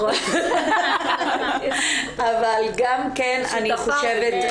אבל גם כן חושבת,